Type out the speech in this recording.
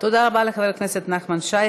תודה רבה לחבר הכנסת נחמן שי.